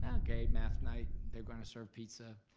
ah okay math night, they're gonna serve pizza.